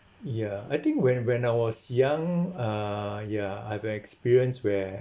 ya I think when when I was young uh ya I've experience where